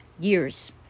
Years